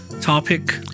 topic